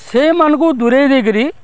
ସେମାନ୍କୁ ଦୂରେଇ ଦେଇକିରି